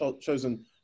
chosen